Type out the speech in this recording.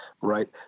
Right